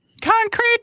Concrete